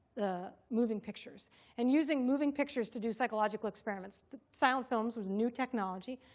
moving pictures and using moving pictures to do psychological experiments. sound films was new technology,